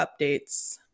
updates